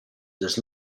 does